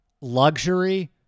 luxury